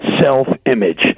self-image